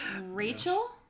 Rachel